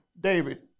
David